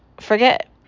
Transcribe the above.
forget